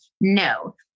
No